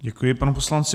Děkuji, panu poslanci.